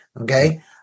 okay